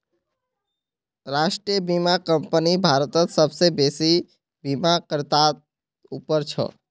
राष्ट्रीय बीमा कंपनी भारतत सबसे बेसि बीमाकर्तात उपर छ